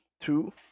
two